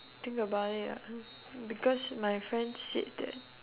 think about it ah because my friend said that